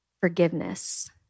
forgiveness